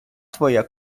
твоя